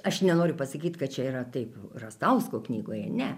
aš nenoriu pasakyt kad čia yra taip rastausko knygoje ne